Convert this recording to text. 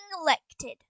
elected